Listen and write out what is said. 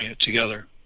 together